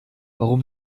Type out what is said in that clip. warum